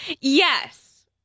Yes